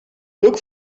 look